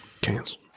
cancel